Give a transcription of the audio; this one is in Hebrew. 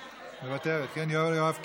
סויד, מוותרת, יואב קיש,